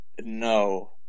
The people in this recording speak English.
no